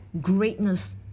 greatness